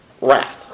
wrath